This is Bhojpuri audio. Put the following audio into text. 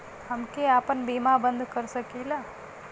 हमके आपन बीमा बन्द कर सकीला?